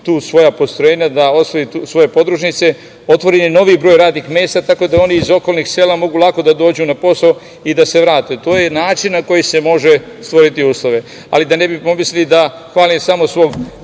tu svoja postrojenja, da osnuje svoje podružnice. Otvoren je novi broj radnih mesta tako da oni iz okolnih sela mogu lako da dođu na posao i da se vrate. To je način na koji se mogu stvoriti uslovi, ali da ne bi pomislili da hvalim samo svog